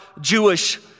Jewish